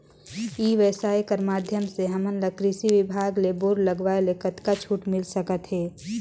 ई व्यवसाय कर माध्यम से हमन ला कृषि विभाग ले बोर लगवाए ले कतका छूट मिल सकत हे?